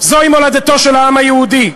זו מולדתו של העם היהודי.